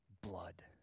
blood